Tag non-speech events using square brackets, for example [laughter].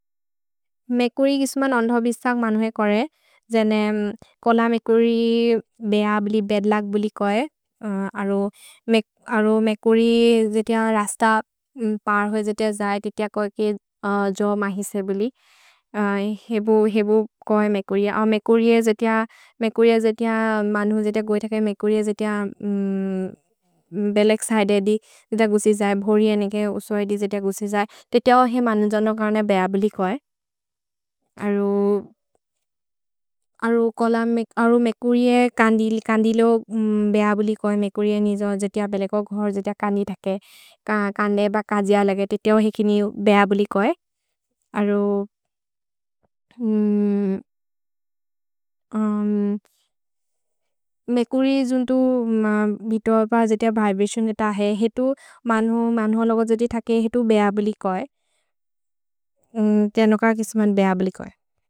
मेकुरि इस्मन् अन्तहोबिस्थक् मनुहे कोरे, जने कोल मेकुरि बेअ बिलि, बेद्लक् बिलि कोए। अरो [hesitation] मेकुरि जितिअ रस्त पर् होइ जितिअ जये, जितिअ कोए कि जो महिशे बिलि, हेबु कोए मेकुरि अ, मेकुरि अ जितिअ, मेकुरि अ जितिअ मनु जितिअ गोइत कोए। मेकुरि अ जितिअ [hesitation] बेलेक् सैदे दि जितिअ गुसि जये, भोरि ए नेके उसो ए दि जितिअ गुसि जये। ते ते ओ हे मनु जनो कर्ने बेअ बिलि कोए, अरो, अरो कोल, अरो मेकुरि ए कन्दिल्, कन्दिल् ओ बेअ बिलि कोए, मेकुरि ए निजो जितिअ बेलेको घोर् जितिअ कन्दि थके। कन्दे ब कजिअ लगे, ते ते ओ हे किनि बेअ बिलि कोए, अरो, [hesitation] मेकुरि जुन्तो बितोब जितिअ विब्रतिओनेत हे, हितु मनु, मनु लगो जितिअ थके, हितु बेअ बिलि कोए, तेनु क किस्मन् बेअ बिलि कोए।